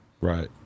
Right